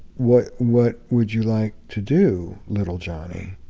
what what would you like to do, little johnny?